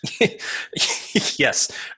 yes